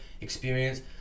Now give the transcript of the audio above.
experience